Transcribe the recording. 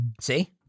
See